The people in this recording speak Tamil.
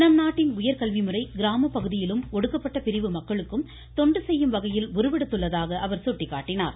நம்நாட்டின் உயர்கல்விமுறை கிராம பகுதியிலும் ஒடுக்கப்பட்ட பிரிவு மக்களுக்கும் தொண்டு செய்யும் வகையில் உருவெடுத்துள்ளதாக அவர் சுட்டிக்காட்டினார்